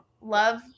Love